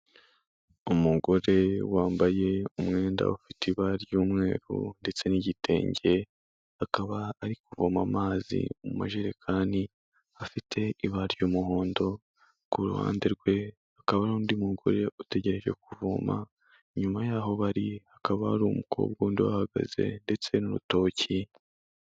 Umugore wambaye umwenda ufite ibara ry'umweru ndetse n'igitenge, akaba ari kuvoma amazi mu majerekani afite ibara ry'umuhondo, ku ruhande rwe hakaba hari undi mugore utegereje kuvoma, inyuma y'aho bari hakaba hari umukobwa wundi uhahagaze ndetse n'urutoki.